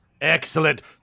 Excellent